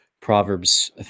Proverbs